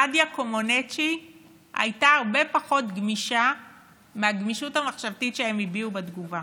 נדיה קומנץ' הייתה הרבה פחות גמישה מהגמישות המחשבתית שהם הביעו בתגובה